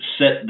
set